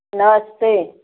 नमस्ते